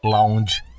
Lounge